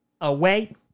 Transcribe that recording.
away